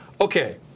okay